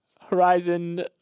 Horizon